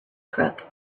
crook